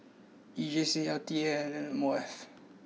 E J C L T A and M O F